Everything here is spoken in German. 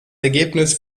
ergebnis